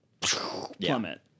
plummet